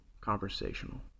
conversational